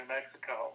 Mexico